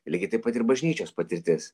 lygiai taip pat ir bažnyčios patirtis